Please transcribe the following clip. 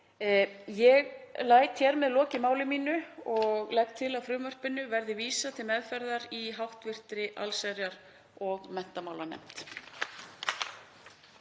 Ég læt hér með lokið máli mínu og legg til að frumvarpinu verði vísað til meðferðar í hv. allsherjar- og menntamálanefnd.